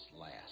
last